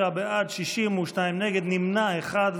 45 בעד, 62 נגד, נמנע אחד.